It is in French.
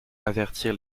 avertir